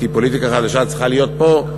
כי פוליטיקה חדשה צריכה להיות פה,